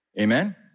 Amen